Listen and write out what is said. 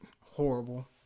horrible